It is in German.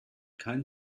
keinen